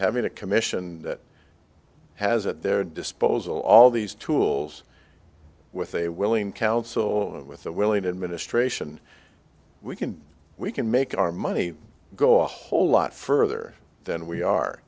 having a commission that has at their disposal all these tools with a willing counsel and with the willing administration we can we can make our money go on whole lot further than we are